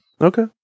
Okay